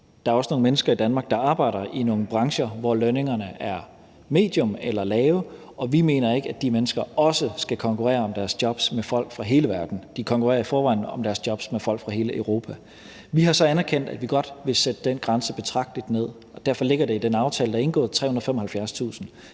Der er også nogle mennesker i Danmark, der arbejder i nogle brancher, hvor lønningerne er medium eller lave, og vi mener ikke, at de mennesker også skal konkurrere om deres jobs med folk fra hele verden. De konkurrerer i forvejen om deres jobs med folk fra hele Europa. Vi har så anerkendt, at vi godt vil sætte den grænse betragtelig ned, og derfor ligger den på 375.000 kr. i den aftale, der er indgået.